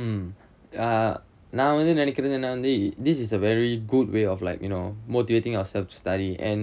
um err நா வந்து நினைக்கிறது என்னா வந்து:naa vanthu ninaikkirathu ennaa vanthu this is a very good way of like you know motivating ourselves to study and